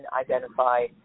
identify